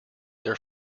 their